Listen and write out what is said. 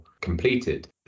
completed